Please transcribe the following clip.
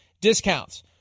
discounts